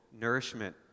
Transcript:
nourishment